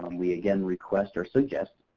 um we again request or suggest,